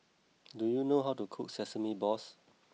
do you know how to cook Sesame Balls